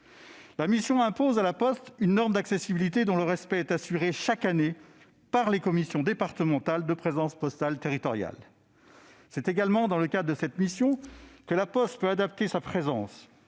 mission impose à La Poste une norme d'accessibilité dont le respect est assuré, chaque année, par les commissions départementales de présence postale territoriale. C'est également dans le cadre de cette mission que La Poste peut adapter sa présence